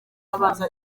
abanza